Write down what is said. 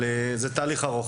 אבל זה תהליך ארוך.